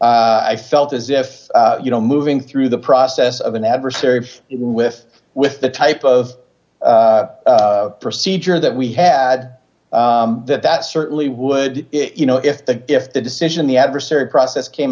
claim i felt as if you know moving through the process of an adversary with with the type of procedure that we had that that certainly would it you know if the if the decision the adversary process came